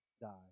die